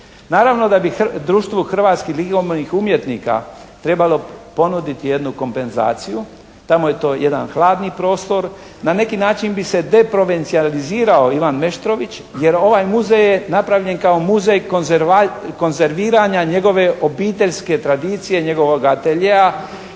Naravno da bi Društvu hrvatskih likovnih umjetnika trebalo ponuditi jednu kompenzaciju. Tamo je to jedan hladni prostor. Na neki način bi se deprovencijalizirao Ivan Meštrović jer ovaj muzej je napravljen kao muzej konzerviranja njegove obiteljske tradicije, njegovog ateljea,